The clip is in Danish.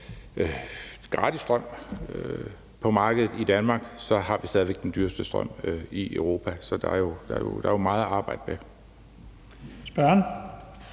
gratis strøm på markedet i Danmark, har vi stadig væk den dyreste strøm i Europa. Så der er jo meget at arbejde med.